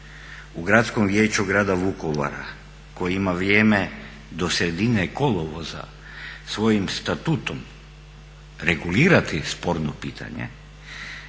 u Gradskom vijeću grada Vukovara koji ima vrijeme do sredine kolovoza svojim statutom regulirati sporno pitanje